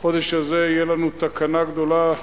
החודש הזה יהיה לנו תקנה גדולה,